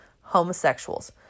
homosexuals